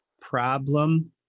problem